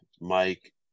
Mike